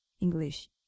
English